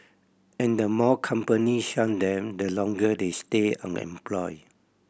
and the more companies shun them the longer they stay unemployed